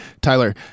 Tyler